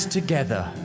together